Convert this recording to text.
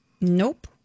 Nope